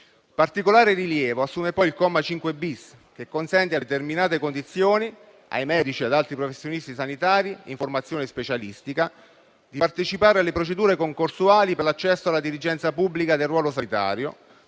Particolare rilievo assume poi l'articolo 3, al comma 5-*bis*, che consente, a determinate condizioni, ai medici e ad altri professionisti sanitari in formazione specialistica, di partecipare alle procedure concorsuali per l'accesso alla dirigenza pubblica del ruolo sanitario,